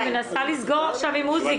אני מנסה עכשיו לסגור עם עוזי.